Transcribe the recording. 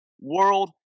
world